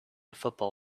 football